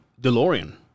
Delorean